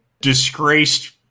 disgraced